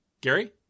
Gary